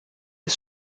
ist